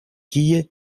kie